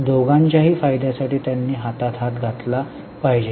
दोघांच्याही फायद्यासाठी त्यांनी हातात हात घातला पाहिजे